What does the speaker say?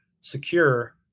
secure